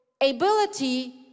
ability